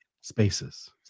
spaces